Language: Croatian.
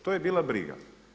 To je bila briga,